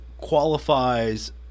qualifies